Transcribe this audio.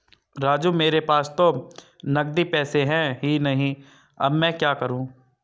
राजू मेरे पास तो नगदी पैसे है ही नहीं अब मैं क्या करूं